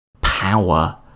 power